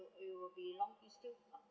it will be long